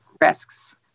risks